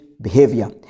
behavior